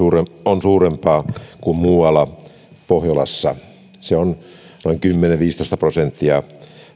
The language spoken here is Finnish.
on pienempi kuin muualla pohjolassa se on noin kymmenen viiva viisitoista prosenttia